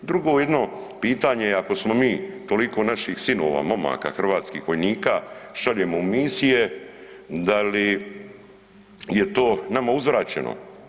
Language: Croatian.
Drugo jedno pitanje je ako mi toliko naših sinova, momaka, hrvatskih vojnika šaljemo u misije da li je to nama uzvraćeno?